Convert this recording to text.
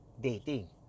dating